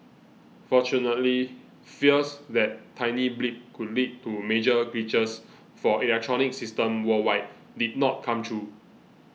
fortunately fears that tiny blip could lead to major glitches for electronic systems worldwide did not come true